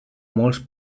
molts